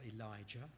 Elijah